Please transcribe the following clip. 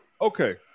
Okay